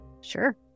Sure